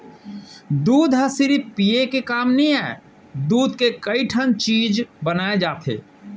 दूद हर सिरिफ पिये के काम नइ आय, दूद के कइ ठन चीज बनाए जाथे